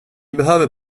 behöver